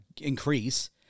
increase